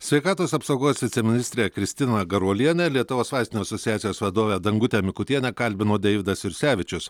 sveikatos apsaugos viceministrę kristiną garuolienę lietuvos vaistinių asociacijos vadovė dangutę mikutienę kalbino deividas jursevičius